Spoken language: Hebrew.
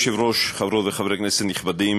אדוני היושב-ראש, חברות וחברי כנסת נכבדים,